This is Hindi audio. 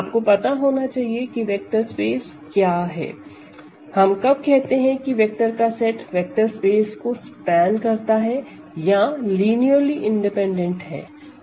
आपको पता होना चाहिए की वेक्टर स्पेस क्या है हम कब कहते हैं कि वेक्टर का सेट वेक्टर स्पेस को स्पेन करता है या लिनियरली इंडिपैंडेंट है